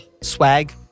Swag